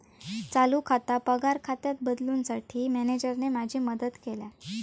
चालू खाता पगार खात्यात बदलूंसाठी मॅनेजरने माझी मदत केल्यानं